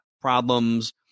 problems